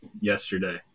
yesterday